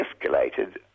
escalated